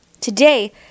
Today